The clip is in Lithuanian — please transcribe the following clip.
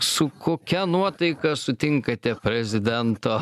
su kokia nuotaika sutinkate prezidento